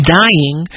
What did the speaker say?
dying